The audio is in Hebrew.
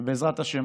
ובעזרת השם,